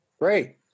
Great